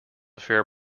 fair